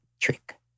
trick